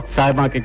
sahiba. like ah